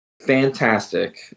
Fantastic